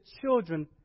children